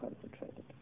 concentrated